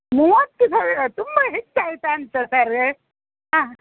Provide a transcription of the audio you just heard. ಮೂವತ್ತು ಸಾವಿರ ತುಂಬ ಹೆಚ್ಚಾಯಿತಾ ಅಂತ ಸರ ಹಾಂ